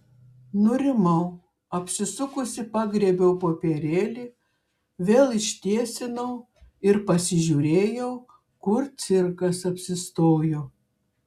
nurimau apsisukusi pagriebiau popierėlį vėl ištiesinau ir pasižiūrėjau kur cirkas apsistojo